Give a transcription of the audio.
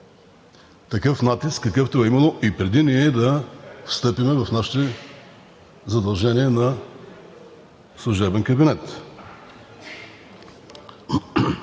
такъв натиск, какъвто е имало и преди ние да встъпим в нашите задължения на служебен кабинет.